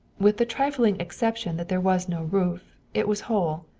with the trifling exception that there was no roof, it was whole.